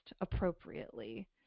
appropriately